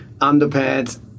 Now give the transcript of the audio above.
underpants